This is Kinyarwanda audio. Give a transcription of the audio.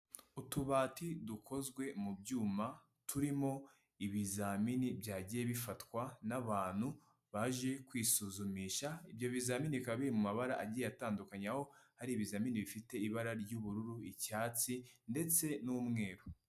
Utubati dukozwe mu byuma turimo ibizamini byagiye bifatwa n'abantu baje kwisuzumisha, ibyo bizamini bikaba biri mu mabara agiye atandukanye, aho hari ibizamini bifite ibara ry'ubururu, icyatsi ndetse n'umweru.